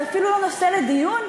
זה אפילו לא נושא לדיון?